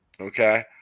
Okay